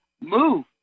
move